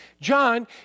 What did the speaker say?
John